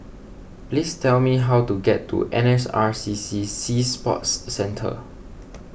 please tell me how to get to N S R C C Sea Sports Centre